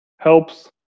helps